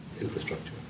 infrastructure